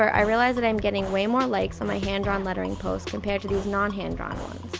i realize that i am getting way more likes on my hand drawn lettering posts compared to these non hand drawn ones.